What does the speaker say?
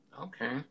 Okay